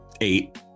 eight